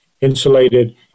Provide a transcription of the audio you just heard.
insulated